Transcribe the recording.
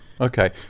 okay